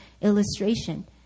illustration